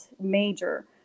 major